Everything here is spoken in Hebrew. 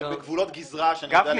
שהן בגבולות גזרה --- גפני,